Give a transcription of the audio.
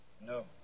No